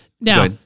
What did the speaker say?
now